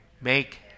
make